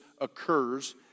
occurs